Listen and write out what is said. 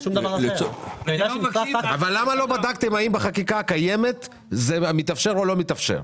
אבל למה לא בדקתם האם בחקיקה הקיימת זה מתאפשר או לא מתאפשר.